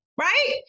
right